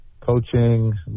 coaching